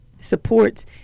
supports